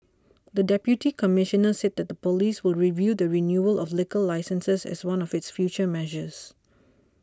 the Deputy Commissioner said that the police will review the renewal of liquor licences as one of its future measures